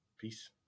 Peace